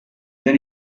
then